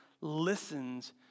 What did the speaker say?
listens